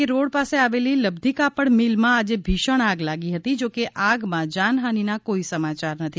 કે રોડ પાસે આવેલી લબ્ધી કાપડ મિલમાં આજે ભીષણ આગ લાગી હતી જો કે આગમાં જાનહાનીના કોઈ સમાચાર નથી